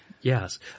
Yes